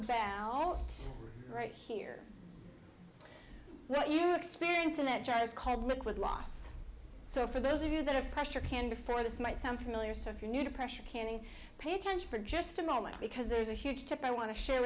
all right here what you experience in that job is called liquid loss so for those of you that have pressure can before this might sound familiar so if you're new to pressure canning pay attention for just a moment because there's a huge tip i want to share